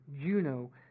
Juno